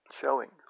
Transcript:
showing